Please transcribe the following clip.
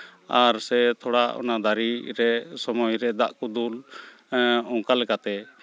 ᱟᱨ ᱥᱮ ᱛᱷᱚᱲᱟ ᱚᱱᱟ ᱫᱟᱨᱮ ᱨᱮ ᱥᱚᱢᱚᱭ ᱨᱮ ᱫᱟᱜ ᱠᱚ ᱫᱩᱞ ᱚᱱᱠᱟ ᱞᱮᱠᱟᱛᱮ